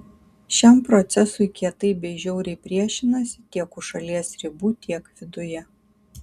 šiam procesui kietai bei žiauriai priešinasi tiek už šalies ribų tiek viduje